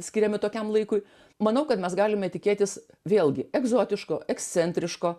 skiriami tokiam laikui manau kad mes galime tikėtis vėlgi egzotiško ekscentriško